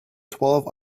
twelve